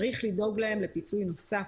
צריך לדאוג להם לפיצוי נוסף,